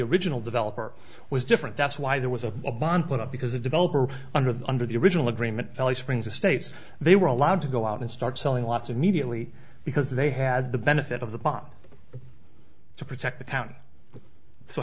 original developer was different that's why there was a bond put up because the developer under the under the original agreement valley springs estates they were allowed to go out and start selling lots of mediately because they had the benefit of the bond to protect the county so